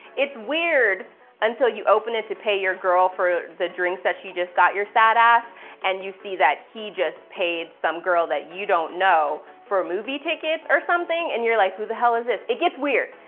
it's weird until you open it to pay your girl for the drinks that she just got your sad ass and you see that he just paid some girl that you don't know for a movie tickets or something, and you're like, who the hell is this? it gets weird.